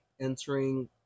entering